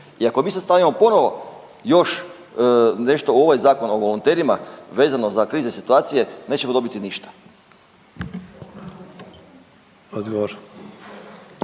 I ako mi sad stavimo ponovo još nešto u ovaj zakon o volonterima vezano za krizne situacije nećemo dobiti ništa. **Posavec